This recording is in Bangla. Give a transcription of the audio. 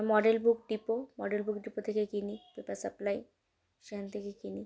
model book depot model book depot থেকে কিনি পেপার সাপ্লাই সেখান থেকে কিনি